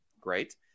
great